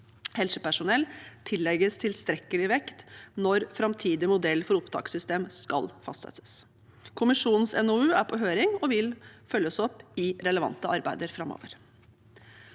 helsepersonell tillegges tilstrekkelig vekt når framtidig modell for opptakssystem skal fastsettes. Kommisjonens NOU er på høring og vil følges opp i relevante arbeider framover.